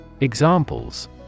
Examples